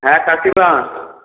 হ্যাঁ কাকিমা